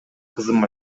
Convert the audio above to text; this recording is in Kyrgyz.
кызым